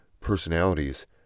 personalities